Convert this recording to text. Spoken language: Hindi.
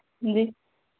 जी